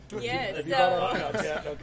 Yes